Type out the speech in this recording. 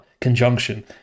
conjunction